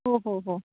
हो हो हो